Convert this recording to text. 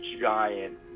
giant